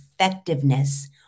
effectiveness